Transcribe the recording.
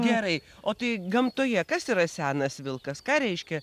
gerai o tai gamtoje kas yra senas vilkas ką reiškia